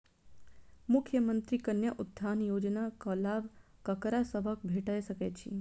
मुख्यमंत्री कन्या उत्थान योजना कऽ लाभ ककरा सभक भेट सकय छई?